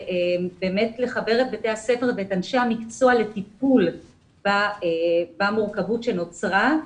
לחבר את בתי הספר ואת אנשי המקצוע לטיפול במורכבות שנוצרה,